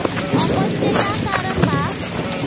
अपच के का कारण बा?